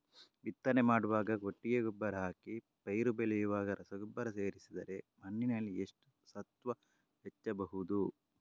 ಬಿತ್ತನೆ ಮಾಡುವಾಗ ಕೊಟ್ಟಿಗೆ ಗೊಬ್ಬರ ಹಾಕಿ ಪೈರು ಬೆಳೆಯುವಾಗ ರಸಗೊಬ್ಬರ ಸೇರಿಸಿದರೆ ಮಣ್ಣಿನಲ್ಲಿ ಎಷ್ಟು ಸತ್ವ ಹೆಚ್ಚಬಹುದು?